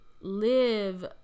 live